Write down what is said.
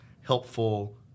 helpful